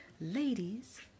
ladies